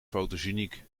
fotogeniek